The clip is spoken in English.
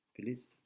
please